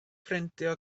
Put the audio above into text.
brintio